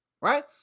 right